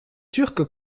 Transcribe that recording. turcs